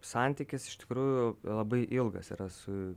santykis iš tikrųjų labai ilgas yra su